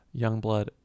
Youngblood